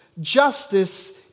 Justice